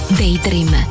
daydream